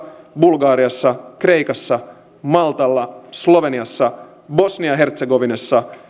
bulgariassa kreikassa maltalla sloveniassa bosnia ja hertsegovinassa